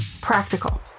practical